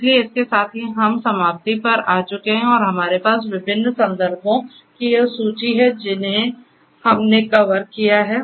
इसलिए इसके साथ ही हम समाप्ति पर आ चुके हैं और हमारे पास विभिन्न संदर्भों की यह सूची है जिन्हें हमने कवर किया है